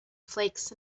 flakes